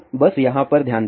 तो बस यहाँ पर ध्यान दें